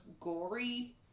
gory